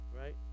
right